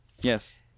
Yes